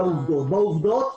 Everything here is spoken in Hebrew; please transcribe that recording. עובדות.